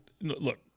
look